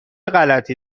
غلطی